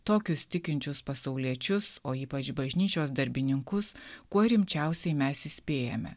tokius tikinčius pasauliečius o ypač bažnyčios darbininkus kuo rimčiausiai mes įspėjame